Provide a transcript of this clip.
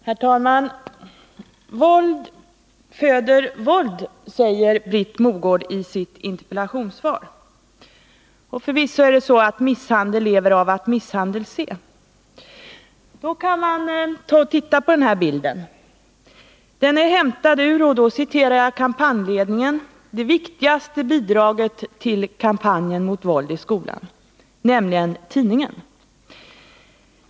Herr talman! Våld föder våld, säger Britt Mogård i sitt interpellationssvar. Förvisso är det så att misshandel lever av att misshandel se. Då kan man titta på en bild som är hämtad ur — jag citerar kampanjledningen — det viktigaste bidraget till kampanjen mot våld i skolan, nämligen tidningen.